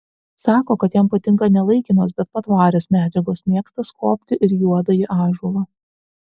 sako kad jam patinka ne laikinos bet patvarios medžiagos mėgsta skobti ir juodąjį ąžuolą